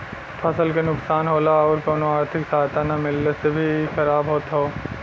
फसल के नुकसान होला आउर कउनो आर्थिक सहायता ना मिलले से भी इ खराब होत हौ